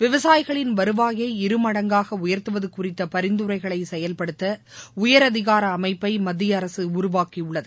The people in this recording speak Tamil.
விவசாயிகளின் வருவாயை இருமடங்காக உயர்த்துவது குறித்த பரிந்துரைகளை செயல்படுத்த உயரதிகார அமைப்பை மத்திய அரசு உருவாக்கியுள்ளது